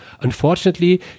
Unfortunately